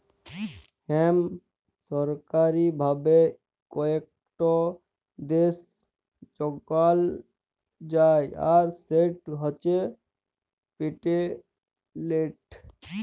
hemp সরকারি ভাবে কয়েকট দ্যাশে যগাল যায় আর সেট হছে পেটেল্টেড